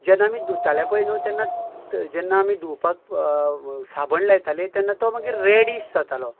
जेन्ना आमी धुताले पळय न्हू तेन्ना जेन्ना आमी धुवपाक साबण लायताले तेन्ना तो मागीर रेडीश जातालो